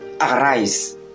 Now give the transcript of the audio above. arise